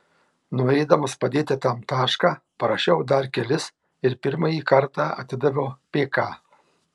norėdamas padėti tam tašką parašiau dar kelis ir pirmąjį kartą atidaviau pk